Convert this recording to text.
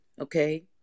Okay